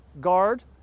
guard